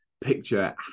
picture